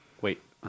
Wait